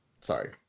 sorry